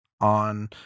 On